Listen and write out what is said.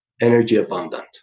energy-abundant